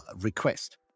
request